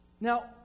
Now